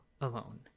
alone